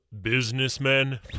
businessmen